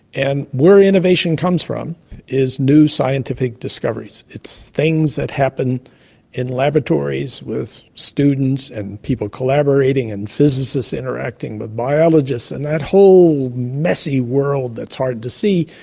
and where innovation comes from is new scientific discoveries, it's things that happen in laboratories with students and people collaborating and physicists interacting with biologists and that whole messy world that's hard to see,